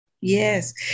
Yes